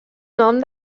nom